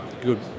good